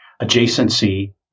Adjacency